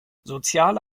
soziale